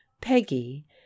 Peggy